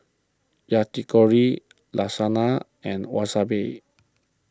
Yakitori Lasagna and Wasabi